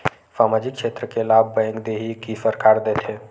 सामाजिक क्षेत्र के लाभ बैंक देही कि सरकार देथे?